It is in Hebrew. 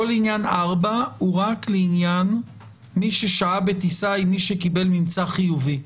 כל עניין 4 הוא רק לעניין: מי ששהה בטיסה עם מי שקיבל ממצא חיובי.